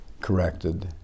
corrected